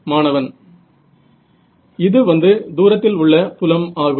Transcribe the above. மாணவன் இது வந்து தூரத்திலுள்ள புலம் ஆகும்